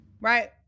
right